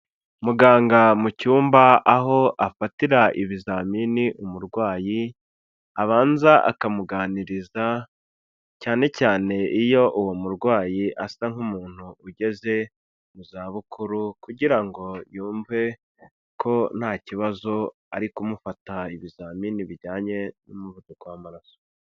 Muganga mu cyumba aho afatira ibizamini umurwayi abanza akamuganiriza cyane cyane iyo uwo murwayi asa nk'umuntu ugeze mu za bukuru kugira ngo yumve ko nta kibazo, ari kumufata ibizamini bijyanye n'umuvuduko w'amaraso.